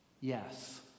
Yes